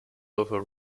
over